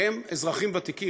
הם אזרחים ותיקים.